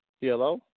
Hello